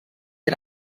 had